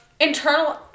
internal